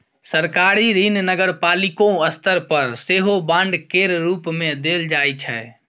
सरकारी ऋण नगरपालिको स्तर पर सेहो बांड केर रूप मे देल जाइ छै